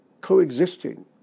coexisting